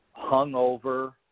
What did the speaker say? hungover